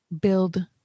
build